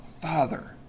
father